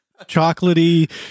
chocolatey